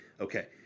Okay